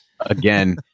Again